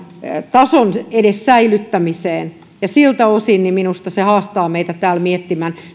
tason säilyttämiseen ja siltä osin se minusta haastaa meitä täällä miettimään